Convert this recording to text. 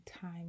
time